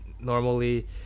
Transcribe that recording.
normally